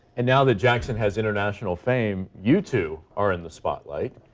and now that jackson has international fame, you, too, are in the spotlight.